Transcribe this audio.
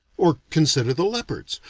or consider the leopards,